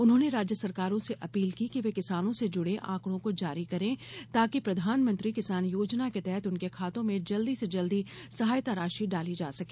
उन्होंने राज्य सरकारों से अपील की कि वे किसानों से जुड़े आंकड़ों को जारी करें ताकि प्रधानमंत्री किसान योजना के तहत उनके खातों में जल्दी से जल्दी सहायता राशि डाली जा सके